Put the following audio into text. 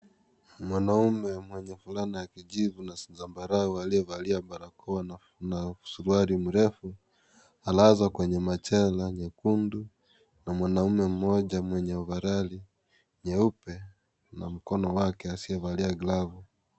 Mwanaume mwenye fulana ya kijivu na zambarau aliyevalia barakoa na suruali mrefu alazwa kwenye machela nyekundu na mwanaume mmoja mwenye ovaroli nyeupe na mkono wake asiyovalia glavu.